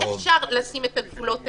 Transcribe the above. אי-אפשר לשים את הגבולות האלה.